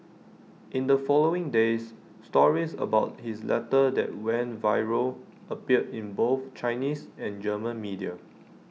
in the following days stories about his letter that went viral appeared in both Chinese and German media